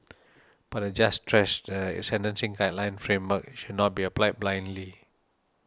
but the judge stressed that the sentencing guideline framework should not be applied blindly